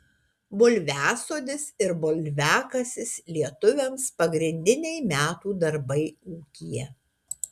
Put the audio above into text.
bulviasodis ir bulviakasis lietuviams pagrindiniai metų darbai ūkyje